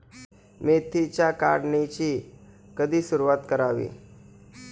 मेथीच्या काढणीची कधी सुरूवात करावी?